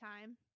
time